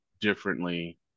differently